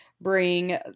bring